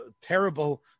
terrible